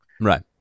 Right